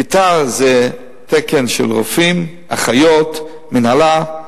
מיטה זה תקן של רופאים, אחיות, מינהלה,